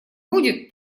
будет